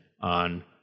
on